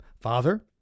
Father